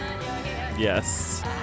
Yes